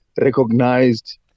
recognized